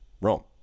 Rome